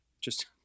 Just-